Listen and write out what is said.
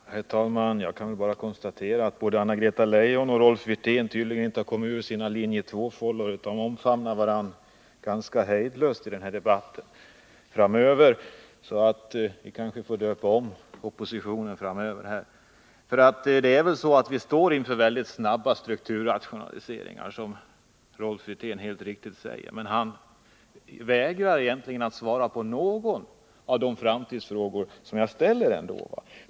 Herr talman! Jag kan bara konstatera att både Anna-Greta Leijon och Rolf Wirtén tydligen inte har kommit ur sina linje 2-fållor utan ganska hejdlöst omfamnar varandra i denna debatt. Framöver kanske vi får döpa om oppositionen. Vi står inför mycket snabba strukturrationaliseringar, vilket Rolf Wirtén helt riktigt sade. Men han vägrar att svara på någon av de frågor om framtiden som jag ställde.